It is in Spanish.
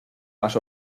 más